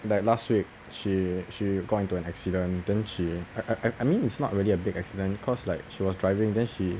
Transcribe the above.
like last week she she got into an accident then she I I I mean it's not really a big accident cause like she was driving then she